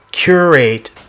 curate